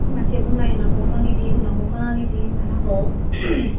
मानसियाबो नायनांगौ माबायदि होनांगौ माबायदि मा नांगौ